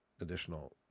additional